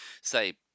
say